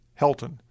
Helton